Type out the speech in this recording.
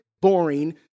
boring